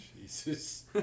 Jesus